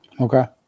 Okay